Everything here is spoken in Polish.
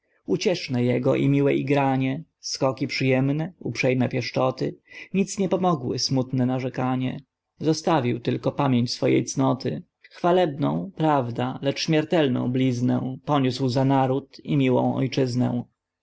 ucieszne jego i miłe igranie skoki przyjemne uprzejme pieszczoty nic nie pomogły smutne narzekanie zostawił tylko pamięć swojej cnoty chwalebną prawda lecz śmiertelną bliznę poniósł za naród i miłą ojczyznę